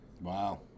Wow